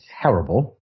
terrible